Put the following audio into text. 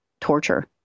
torture